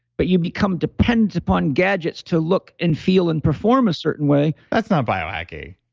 but you become dependent upon gadgets to look and feel and perform a certain way. that's not biohacking,